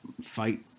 fight